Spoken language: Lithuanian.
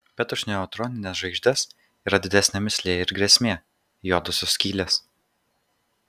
bet už neutronines žvaigždes yra didesnė mįslė ir grėsmė juodosios skylės